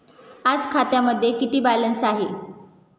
आज खात्यामध्ये किती बॅलन्स आहे?